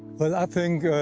but, i think, ah,